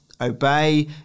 Obey